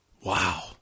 Wow